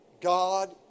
God